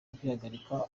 kwihagarika